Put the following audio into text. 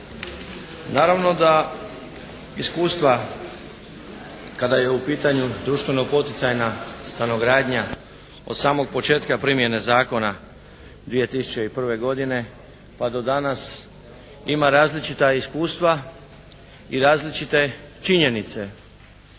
Naravno da iskustva kada je u pitanju društveno poticajna stanogradnja od samog početka primjene zakona 2001. godine pa do danas, ima različita iskustva i različite činjenice.